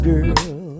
Girl